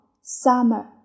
summer